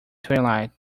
twilight